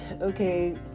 okay